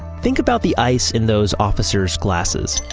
think about the ice in those officer's glasses.